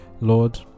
Lord